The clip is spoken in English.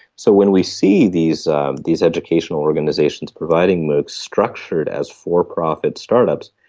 so when we see these these educational organisations providing moocs structured as for-profit start-ups,